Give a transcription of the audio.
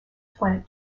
plant